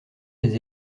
des